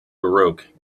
baroque